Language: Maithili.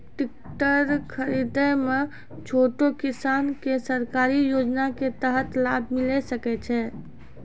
टेकटर खरीदै मे छोटो किसान के सरकारी योजना के तहत लाभ मिलै सकै छै?